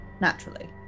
naturally